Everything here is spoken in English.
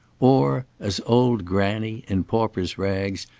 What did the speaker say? or as old granny in pauper's rags,